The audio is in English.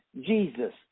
Jesus